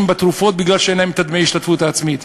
בתרופות כי אין להם את דמי ההשתתפות העצמית.